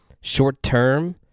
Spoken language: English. short-term